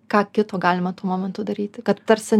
ką kito galima tuo momentu daryti kad tarsi